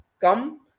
come